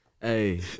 Hey